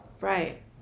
Right